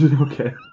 Okay